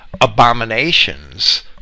abominations